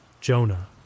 Jonah